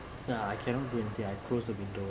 ya I cannot guarantee I close the window